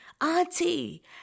auntie